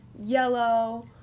yellow